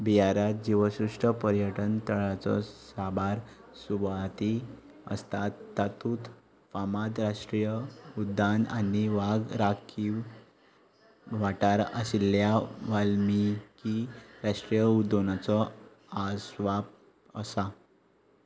बिहारात जिवसृश्ट पर्यटन तळाचो साबार सुवाती आसतात तातूंत फामाद राष्ट्रीय उद्दान आनी वाग राखीव वाठार आशिल्ल्या वाल्मिकी राष्ट्रीय उद्दानाचो आसपाव आसा